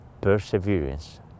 perseverance